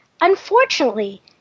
Unfortunately